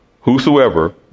whosoever